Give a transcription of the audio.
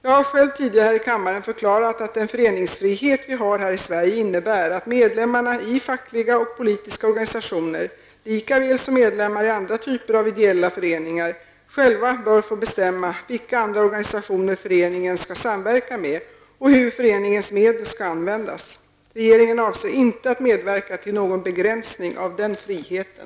Jag har själv tidigare här i kammaren förklarat att den föreningsfrihet vi har här i Sverige innebär att medlemmarna i fackliga och politiska organisationer -- likaväl som medlemmar i andra typer av ideella föreningar -- själva bör få bestämma vilka andra organisationer föreningen skall samverka med och hur föreningens medel skall användas. Regeringen avser inte att medverka till någon begränsning av den friheten.